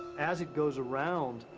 as it goes around,